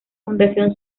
fundación